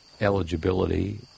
eligibility